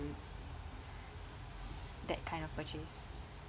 that kind of purchase